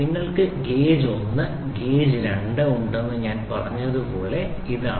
നിങ്ങൾക്ക് gauge 1 gauge 2 ഉണ്ടെന്ന് ഞാൻ പറഞ്ഞതുപോലെ ഇതാണ്